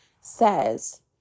says